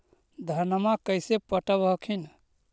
धन्मा कैसे पटब हखिन?